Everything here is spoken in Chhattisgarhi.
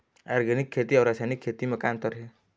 ऑर्गेनिक खेती अउ रासायनिक खेती म का अंतर हे?